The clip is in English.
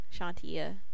Shantia